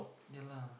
ya lah